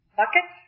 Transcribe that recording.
bucket